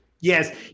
Yes